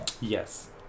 Yes